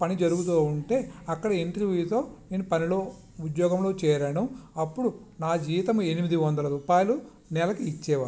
పని జరుగుతు ఉంటే అక్కడ ఇంటర్వ్యూతో నేను పనిలో ఉద్యోగంలో చేరాను అప్పుడు నా జీతం ఎనిమిది వందల రూపాయలు నెలకి ఇచ్చేవారు